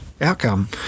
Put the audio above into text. outcome